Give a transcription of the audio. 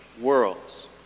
worlds